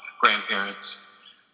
grandparents